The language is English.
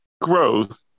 growth